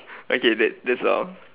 okay that that's all